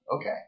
Okay